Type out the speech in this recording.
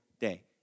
day